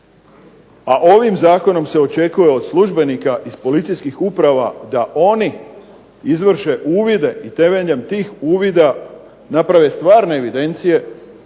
a ovim zakonom se očekuje od službenika iz policijskih uprava da oni izvrše uvide i temeljem tih uvida naprave stvarne evidencije